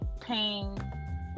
pain